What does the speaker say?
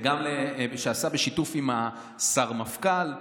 שעשה בשיתוף עם השר-מפכ"ל,